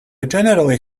generally